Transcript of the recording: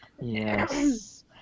Yes